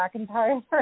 McIntyre